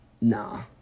Nah